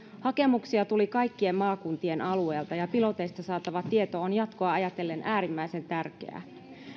hakemuksia tuli kaikkien maakuntien alueelta ja piloteista saatava tieto on jatkoa ajatellen äärimmäisen tärkeää